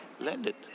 landed